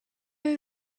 will